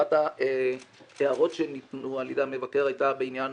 אחת ההערות שניתנו על ידי המבקר הייתה בעניין